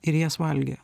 ir jas valgė